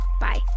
bye